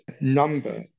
number